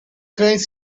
cães